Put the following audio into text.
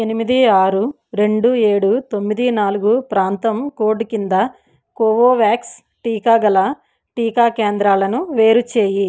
ఎనిమిది ఆరు రెండు ఏడు తొమ్మిది నాలుగు ప్రాంతం కోడ్ కింద కోవోవ్యాక్స్ టీకా గల టీకా కేంద్రాలను వేరుచేయి